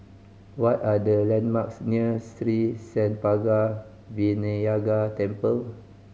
what are the landmarks near Sri Senpaga Vinayagar Temple